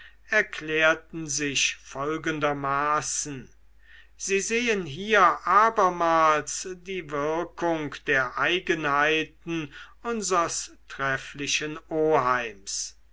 erklärten sich folgendermaßen sie sehen hier abermals die wirkung der eigenheiten unsers trefflichen oheims